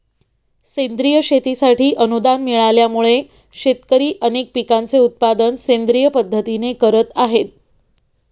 सेंद्रिय शेतीसाठी अनुदान मिळाल्यामुळे, शेतकरी अनेक पिकांचे उत्पादन सेंद्रिय पद्धतीने करत आहेत